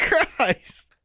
Christ